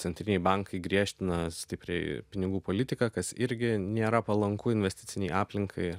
centriniai bankai griežtina stipriai pinigų politiką kas irgi nėra palanku investicinei aplinkai